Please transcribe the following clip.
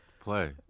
play